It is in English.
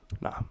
nah